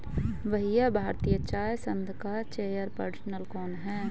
भैया भारतीय चाय संघ का चेयर पर्सन कौन है?